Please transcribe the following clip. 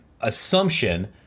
assumption